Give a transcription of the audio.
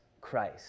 Christ